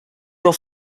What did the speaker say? your